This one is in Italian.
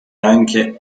anche